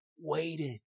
waited